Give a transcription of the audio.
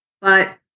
But-